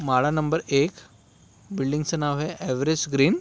माळा नंबर एक बिल्डिंगचं नाव आहे एव्हरेस् ग्रीन